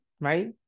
right